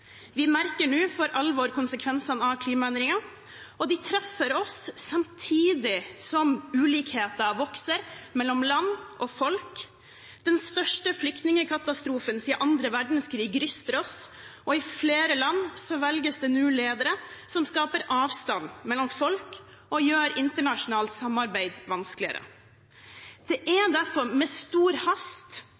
Vi merker nå for alvor konsekvensene av klimaendringene, og de treffer oss samtidig som ulikhetene vokser mellom land og folk. Den største flyktningkatastrofen siden andre verdenskrig ryster oss, og i flere land velges det nå ledere som skaper avstand mellom folk og gjør internasjonalt samarbeid vanskeligere. Det er derfor med stor hast